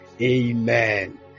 Amen